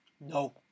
No